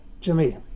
Jimmy